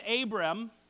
Abram